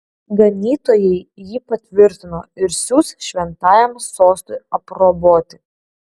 ganytojai jį patvirtino ir siųs šventajam sostui aprobuoti